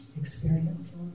experience